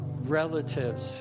relatives